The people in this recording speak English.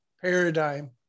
paradigm